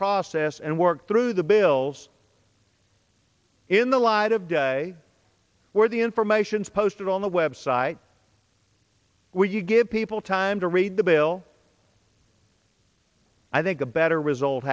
process and work through the bills in the light of day where the information is posted on the website when you give people time to read the bill i think a better result